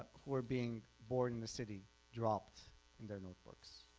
were being born in the city dropped in their notebooks.